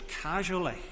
casually